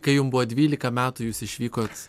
kai jum buvo dvylika metų jūs išvykot